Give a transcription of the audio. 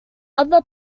other